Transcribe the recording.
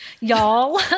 y'all